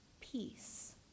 peace